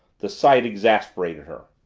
the sight exasperated her.